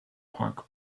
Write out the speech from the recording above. punk